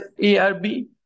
ARB